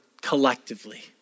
collectively